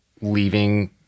leaving